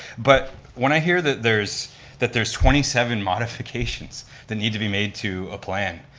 but when i hear that there's that there's twenty seven modifications that need to be made to a plan,